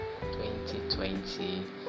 2020